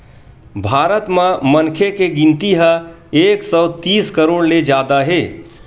भारत म मनखे के गिनती ह एक सौ तीस करोड़ ले जादा हे